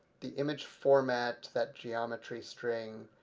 the image format, that geometry string,